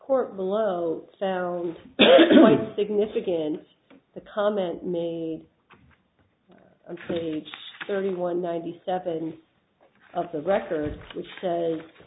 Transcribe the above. court below so significant the comment made thirty one ninety seven of the record which says